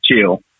chill